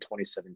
2017